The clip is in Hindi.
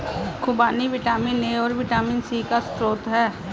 खूबानी विटामिन ए और विटामिन सी का स्रोत है